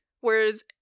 Whereas